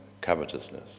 covetousness